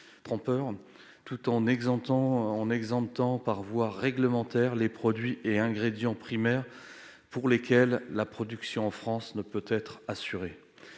trompeuses, tout en exemptant par voie réglementaire les produits et ingrédients primaires pour lesquels la production en France ne peut être assurée.